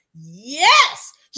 yes